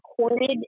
recorded